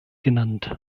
genannt